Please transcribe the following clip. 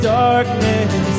darkness